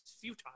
futile